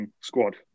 squad